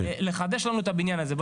לחדש לנו את הבניין הזה.